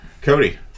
Cody